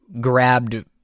grabbed